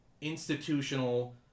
institutional